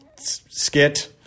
skit